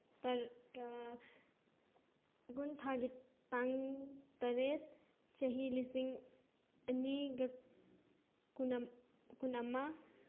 ꯀꯨꯟ ꯊꯥꯒꯤ ꯇꯥꯡ ꯇꯔꯦꯠ ꯆꯍꯤ ꯂꯤꯁꯤꯡ ꯑꯅꯤꯒ ꯀꯨꯟ ꯀꯨꯟ ꯑꯃ